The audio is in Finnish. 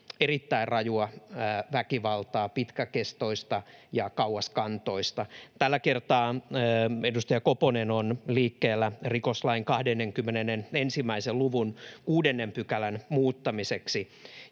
erittäin rajua väkivaltaa: pitkäkestoista ja kauaskantoista. Tällä kertaa edustaja Koponen on liikkeellä rikoslain 21 luvun 6 §:n muuttamiseksi,